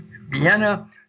Vienna